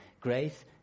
Grace